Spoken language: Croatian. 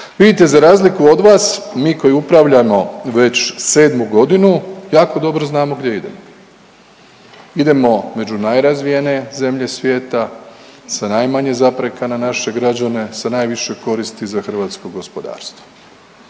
Vidite, za razliku od vas mi koji upravljamo već 7.g. jako dobro znamo gdje idemo, idemo među najrazvijene zemlje svijeta sa najmanje zapreka na naše građane, sa najviše koristi za hrvatsko gospodarstvo.